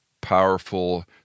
powerful